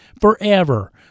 forever